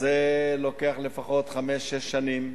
לוקח לפחות חמש-שש שנים.